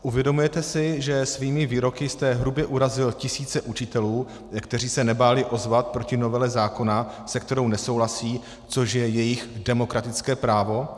Uvědomujete si, že svými výroky jste hrubě urazil tisíce učitelů, kteří se nebáli ozvat proti novele zákona, se kterou nesouhlasí, což je jejich demokratické právo?